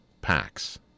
packs